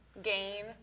Gain